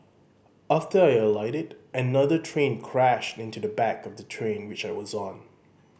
after I alighted another train crashed into the back of the train which I was on